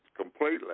completely